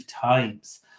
times